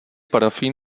parafín